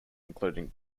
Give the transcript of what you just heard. including